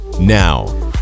Now